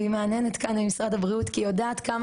והיא מהנהנת כאן ממשרד הבריאות כי היא יודעת כמה